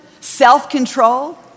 self-control